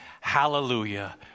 hallelujah